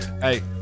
Hey